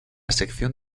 sección